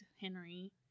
Henry